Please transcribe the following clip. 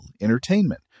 entertainment